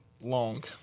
long